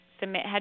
submit